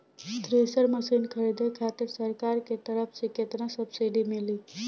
Thresher machine खरीदे खातिर सरकार के तरफ से केतना सब्सीडी मिली?